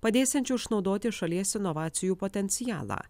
padėsiančių išnaudoti šalies inovacijų potencialą